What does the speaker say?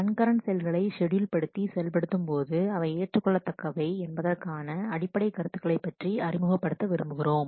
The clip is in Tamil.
கண்கரண்ட் செயல்களை ஷெட்யூல்ப்படுத்தி செயல்படுத்தும் போது அவை ஏற்றுக் கொள்ளத்தக்கவை என்பதற்கான அடிப்படை கருத்துக்களை பற்றி அறிமுகப் படுத்த விரும்புகிறோம்